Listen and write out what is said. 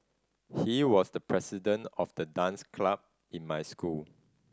he was the president of the dance club in my school